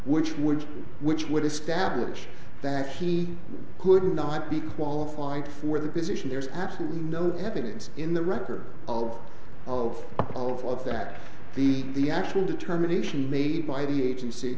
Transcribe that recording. which would which would establish that he could not be qualified for the position there's absolutely no evidence in the record of of of of that the the actual determination made by the agency